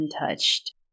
untouched